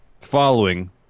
following